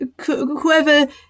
whoever